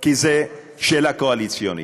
כי זו שאלה קואליציונית.